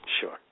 Sure